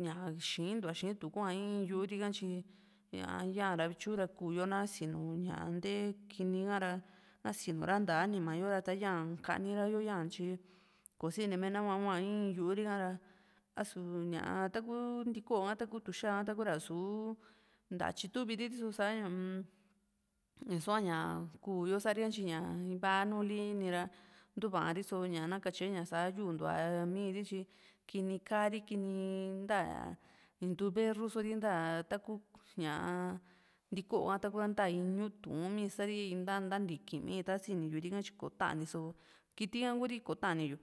ñá xii´ntua xii tu kua in yu´u ri ha tyi ña ya´ra vityu kuu´yo na sinu ña ntee kiní ha´ra na sinura nta anima yo ra ta yaa´n kanira yo yaa´n tyi kosinime nahua hua in yu´u ri´ka a´su taku ntíko´o ha taku tuxa ka taku ntaa tyi tu´vi ri riso sa´ña uu-m ísuaña kuu yo satika tyi ña iva nuuli ni ra ntuva riso ña nakatye ña saa yuntua mii ri tyi kini ka´ri kiní nta ntuu verru só ri ntaa taku ña´a ntíko´o ha taku ra ntaa íñuu tuun mii istari ntá nta ntikími ta siniyu núu rika tyi kò´o só kiti ka ku´ri kotani yu